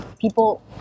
people